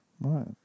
Right